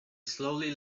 slowly